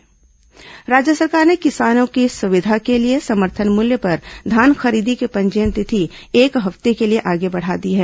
धान खरीदी पंजीयन राज्य सरकार ने किसानों की सुविधा के लिए समर्थन मूल्य पर धान खरीदी की पंजीयन तिथि एक हफ्ते के लिए आगे बढ़ा दी है